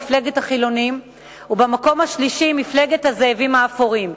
מפלגת החילונים ובמקום השלישי מפלגת הזאבים האפורים,